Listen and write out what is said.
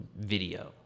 video